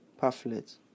pamphlet